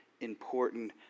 important